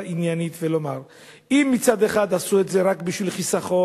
עניינית ולומר: אם עשו את זה רק בשביל חיסכון,